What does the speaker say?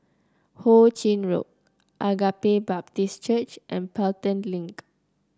Ho Ching Road Agape Baptist Church and Pelton Link